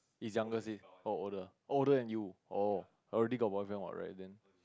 is younger sis or older older than you oh already got boyfriend what right then